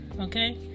okay